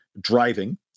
driving